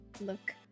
look